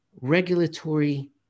regulatory